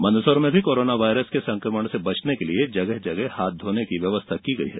मंदसौर में भी corona virus के संकमण से बचने के लिये जगह जगह पर हाथ धोने की व्यवस्था की गई है